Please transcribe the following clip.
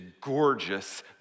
gorgeous